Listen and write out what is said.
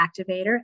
activator